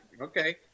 okay